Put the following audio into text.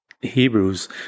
Hebrews